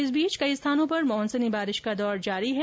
इस बीच कई स्थानों पर मानसूनी बारिश का दौर जारी है